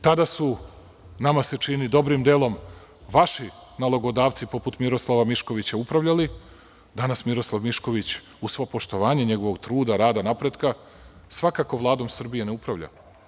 Tada su, nama se čini, dobrim delom, vaši nalogodavci poput Miroslava Miškovića upravljali, danas Miroslav Mišković, uz svo poštovanje njegovog truda, rada, napretka, svakako Vladom Srbije ne upravlja.